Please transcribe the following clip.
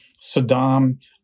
Saddam